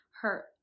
hurt